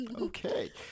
Okay